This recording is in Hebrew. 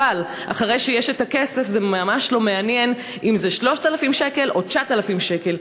אבל אחרי שיש הכסף זה ממש לא מעניין אם זה 3,000 שקל או 9,000 שקל.